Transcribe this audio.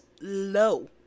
low